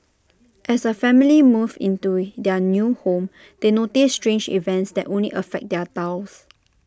as A family moves into their new home they notice strange events that only affect their tiles